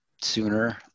sooner